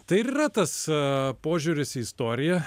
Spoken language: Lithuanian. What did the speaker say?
tai ir yra tas požiūris į istoriją